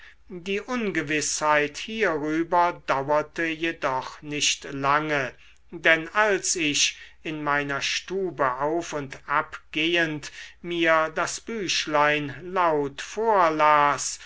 die ungewißheit hierüber dauerte jedoch nicht lange denn als ich in meiner stube auf und ab gehend mir das büchlein laut vorlas